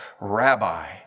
rabbi